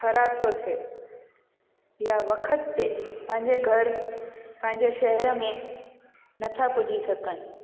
ख़राबु थो थिए या वक़्त ते पंहिंजे घरु पंहिंजे शहर में नथा पुॼी सघनि